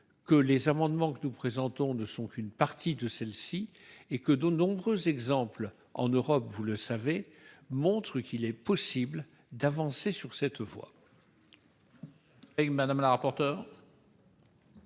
que les amendements que nous présentons ne sont qu'une partie de celles-ci et que de nombreux exemples, en Europe- vous le savez -, montrent qu'il est possible d'avancer dans cette voie. Quel est